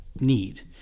need